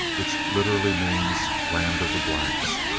which literally means land of the blacks,